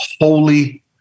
holy